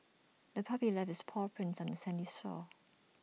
the puppy left its paw prints on the sandy shore